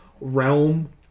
realm